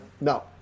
no